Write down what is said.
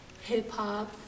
hip-hop